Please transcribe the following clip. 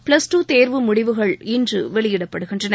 plus two தேர்வு முடிவுகள் இன்று வெளியிடப்படுகின்றன